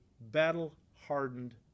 battle-hardened